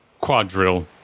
quadrille